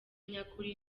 nyakuri